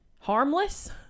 harmless